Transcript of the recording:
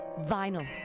vinyl